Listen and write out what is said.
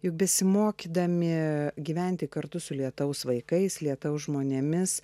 juk besimokydami gyventi kartu su lietaus vaikais lietaus žmonėmis